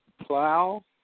plow